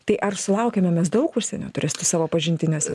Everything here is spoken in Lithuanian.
tai ar sulaukiame mes daug užsienio turistų savo pažintiniuose